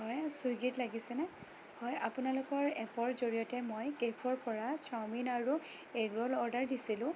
হয় ছুইগিত লাগিছেনে হয় আপোনালোকৰ এপৰ জড়িয়তে মই কেফৰ পৰা চাউমিন আৰু এগ ৰ'ল অৰ্ডাৰ দিছিলোঁ